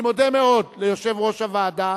אני מודה מאוד ליושב-ראש הוועדה.